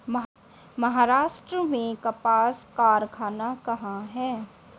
महाराष्ट्र में कपास कारख़ाना कहाँ है?